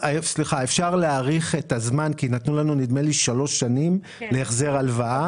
אפשר להאריך את הזמן כי נדמה לי שנתנו לנו שלוש שנים להחזר הלוואה.